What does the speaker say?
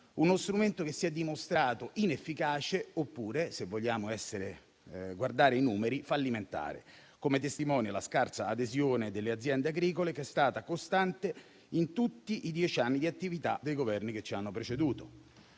uno strumento che si è dimostrato inefficace, oppure, se vogliamo guardare i numeri, fallimentare, come testimonia la scarsa adesione delle aziende agricole, che è stata costante in tutti i dieci anni di attività dei Governi che ci hanno preceduto.